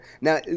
now